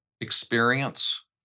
experience